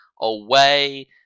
away